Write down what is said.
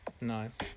Nice